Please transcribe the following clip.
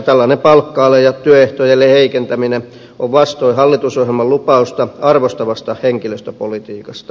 tällainen palkka ale ja työehtojen heikentäminen on vastoin hallitusohjelman lupausta arvostavasta henkilöstöpolitiikasta